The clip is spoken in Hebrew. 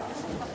האם זה ייתכן?